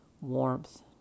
warmth